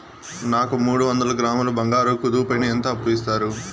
నాకు మూడు వందల గ్రాములు బంగారం కుదువు పైన ఎంత అప్పు ఇస్తారు?